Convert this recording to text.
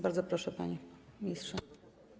Bardzo proszę, panie ministrze.